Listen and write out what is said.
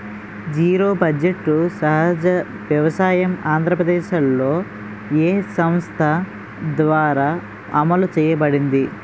Zero budget సహజ వ్యవసాయం ఆంధ్రప్రదేశ్లో, ఏ సంస్థ ద్వారా అమలు చేయబడింది?